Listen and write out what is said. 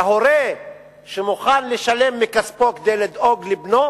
להורה שמוכן לשלם מכספו כדי לדאוג לבנו,